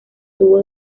tuvo